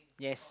yes